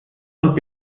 und